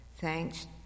thanks